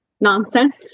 nonsense